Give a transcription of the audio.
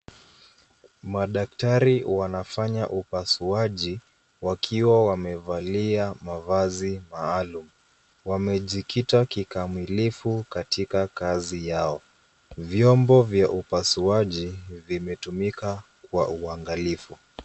Madaktari wanafanya upasuaji wakiwa wamevalia mavazi maalum. Wamejikita kikamilifu katika kazi yao. Vyombo vya upasuaji vimetumika kwa uangalifu.